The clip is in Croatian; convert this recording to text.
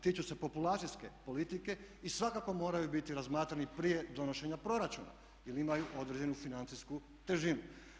Tiču se populacijske politike i svakako moraju biti razmatrani prije donošenja proračuna jer imaju određenu financijsku težinu.